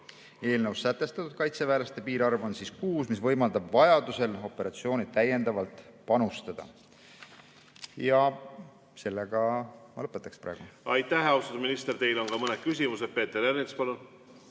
Eelnõus sätestatud kaitseväelaste piirarv on kuus, mis võimaldab vajadusel operatsiooni täiendavalt panustada. Sellega ma lõpetaksin praegu. Aitäh, austatud minister! Teile on ka mõned küsimused. Peeter Ernits, palun!